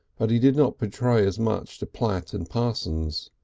but he did not betray as much to platt and parsons.